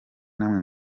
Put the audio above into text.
n’amwe